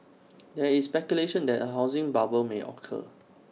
there is speculation that A housing bubble may occur